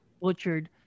butchered